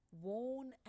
worn